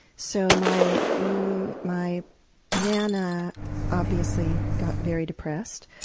so my my nana obviously got very depressed